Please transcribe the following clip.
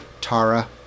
Tara